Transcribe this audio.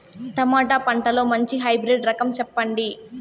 Tomato పంటలో మంచి hybrid రకం చెప్పండి?